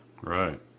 Right